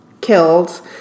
killed